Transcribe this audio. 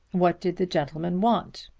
what did the gentleman want?